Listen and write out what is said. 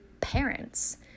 parents